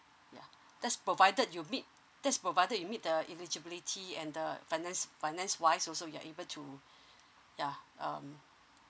ya that's provided you meet that's provided you meet the eligibility and the finance finance wise also you're able to ya um